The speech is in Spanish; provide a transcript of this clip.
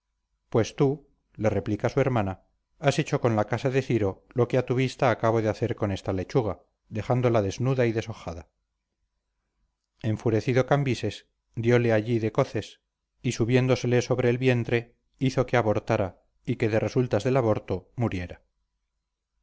pues tú le replica su hermana has hecho con la casa de ciro lo que a tu vista acabo de hacer con esta lechuga dejándola desnuda y despojada enfurecido cambises dióle allí de coces y subiéndosele sobre el vientre hizo que abortara y que de resultas del aborto muriera